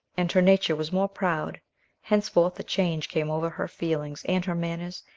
and her nature was more proud henceforth a change came over her feelings and her manners,